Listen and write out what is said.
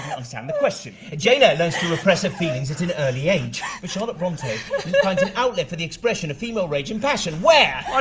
understand the question. jane eyre learns to repress her feelings at an early age. but charlotte bronte finds an outlet for the expression of female rage and passion where?